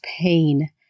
pain